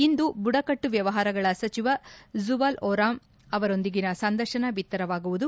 ಇಂದು ಬುಡಕಟ್ಟು ವ್ಯವಹಾರಗಳ ಸಚಿವ ಜುವಲ್ ಓರಾಂ ಅವರೊಂದಿಗಿನ ಸಂದರ್ಶನ ಬಿತ್ತರವಾಗುವುದು